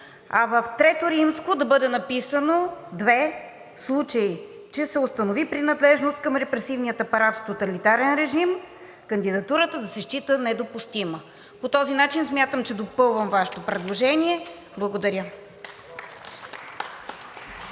А в III. да бъде написано: „2. В случай че се установи принадлежност към репресивния апарат в тоталитарен режим, кандидатурата да се счита недопустима.“ По този начин смятам, че допълвам Вашето предложение. Благодаря.